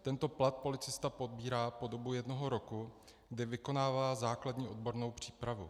Tento plat policista pobírá po dobu jednoho roku, kdy vykonává základní odbornou přípravu.